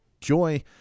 Joy